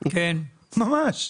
ממש.